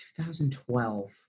2012